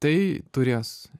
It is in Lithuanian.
tai turės